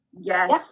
yes